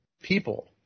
people